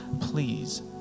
please